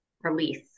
release